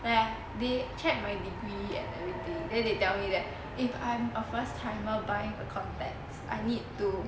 !aiya! they check my degree and everything then they tell me that if I am a first timer buying a contacts I need to